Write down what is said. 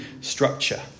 structure